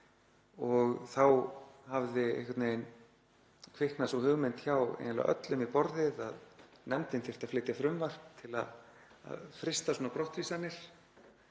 og þá hafði einhvern veginn kviknað sú hugmynd hjá eiginlega öllum við borðið að nefndin þyrfti að flytja frumvarp til að frysta svona brottvísanir